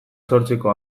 sortzeko